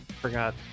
forgot